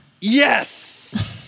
Yes